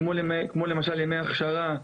כמו למשל ימי הכשרה,